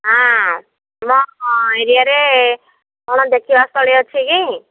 ହଁ ତୁମ ଏରିଆରେ କ'ଣ ଦେଖିବା ସ୍ଥଳୀ ଅଛି କି